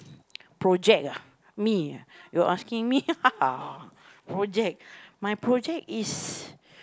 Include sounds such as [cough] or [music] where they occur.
project ah me you're asking me [laughs] project my project is